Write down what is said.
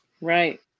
Right